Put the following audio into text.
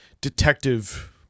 detective